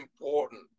important